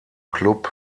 klub